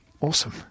Awesome